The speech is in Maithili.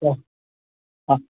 तऽ तऽ